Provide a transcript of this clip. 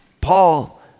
Paul